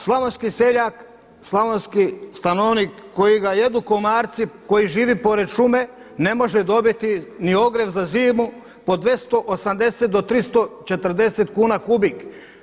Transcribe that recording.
Slavonski seljak, slavonski stanovnik kojega jedu komarci, koji živi pored šume ne može dobiti ni ogrjev za zimu po 280 do 340 kuna kubik.